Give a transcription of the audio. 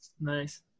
Nice